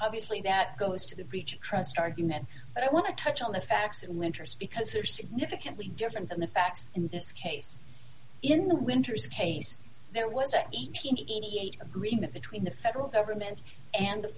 obviously that goes to the beach trust argument but i want to touch on the facts and winters because they're significantly different than the facts in this case in the winters case there was an eight hundred and eighty eight agreement between the federal government and the